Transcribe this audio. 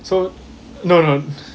so no no